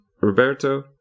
Roberto